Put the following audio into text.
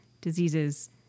diseases